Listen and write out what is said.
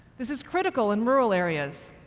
this is critical in rural areas,